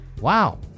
Wow